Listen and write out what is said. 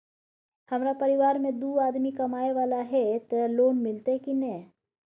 हमरा परिवार में दू आदमी कमाए वाला हे ते लोन मिलते की ने?